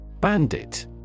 Bandit